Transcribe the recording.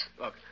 Look